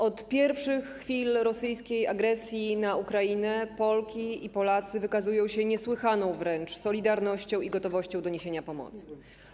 Od pierwszych chwil rosyjskiej agresji na Ukrainę Polki i Polacy wykazują się niesłychaną wręcz solidarnością i gotowością do niesienia pomocy.